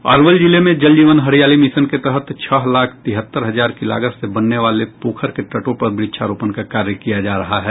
अरवल जिले में जल जीवन हरियाली मिशन के तहत छह लाख तिहत्तर हजार की लागत से बनने वाले पोखर के तटों पर व्रक्षारोपन का कार्य किया जा रहा है